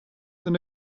and